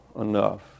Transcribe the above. enough